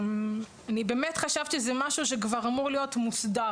אני באמת חשבתי שזה משהו שכבר אמור להיות מוסדר